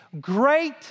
Great